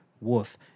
woof